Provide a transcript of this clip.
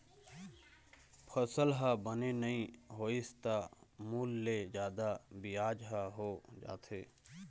फसल ह बने नइ होइस त मूल ले जादा बियाज ह हो जाथे